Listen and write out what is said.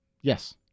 Yes